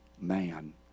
man